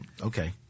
okay